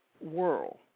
world